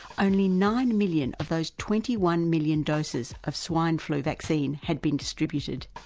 only nine million of those twenty one million doses of swine flu vaccine had been distributed.